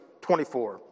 24